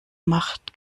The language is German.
macht